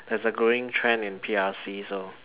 there's a growing trend in P_R_Cs lor